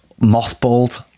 mothballed